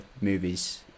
movies